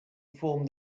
form